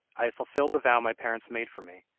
i have fulfilled the vow my parents made for me.